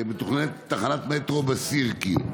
מתוכננת תחנת מטרו בסירקין,